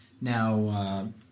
Now